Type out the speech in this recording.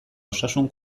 osasun